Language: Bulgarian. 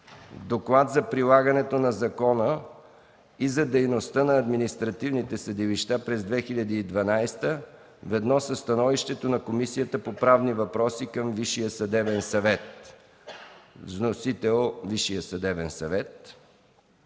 Доклад за прилагането на закона и за дейността на административните съдилища през 2012 г., ведно със становището на Комисията по правни въпроси към Висшия съдебен